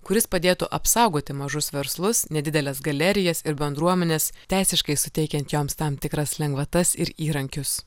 kuris padėtų apsaugoti mažus verslus nedideles galerijas ir bendruomenes teisiškai suteikiant joms tam tikras lengvatas ir įrankius